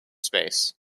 space